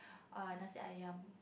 err nasi-Ayam